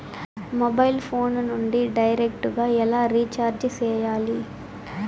mobile phone నుండి direct గా ఎలా రీచార్జి సేయాలి